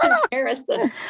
comparison